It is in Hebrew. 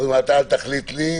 הם אומרים: אתה אל תחליט לי,